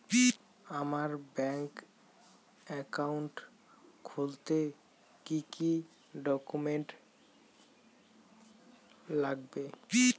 আমার bank account খুলতে কি কি ডকুমেন্ট লাগবে?